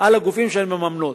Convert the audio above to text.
על הגופים שהן מממנות,